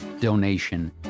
donation